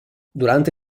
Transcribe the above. durante